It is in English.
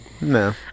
No